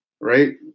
right